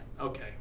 okay